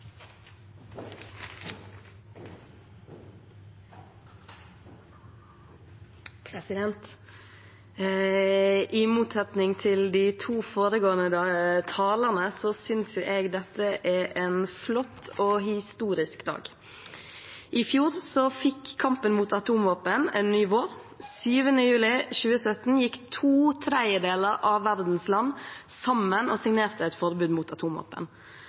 en flott og historisk dag. I fjor fikk kampen mot atomvåpen en ny vår. Den 7. juli 2017 gikk to tredjedeler av verdens land sammen og signerte et forbud mot